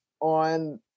on